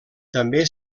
també